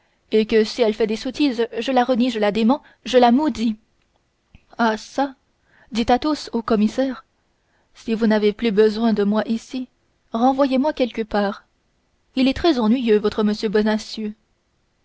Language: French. et que si elle a fait des sottises je la renie je la démens je la maudis ah çà dit athos au commissaire si vous n'avez plus besoin de moi ici renvoyez-moi quelque part il est très ennuyeux votre monsieur